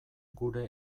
gure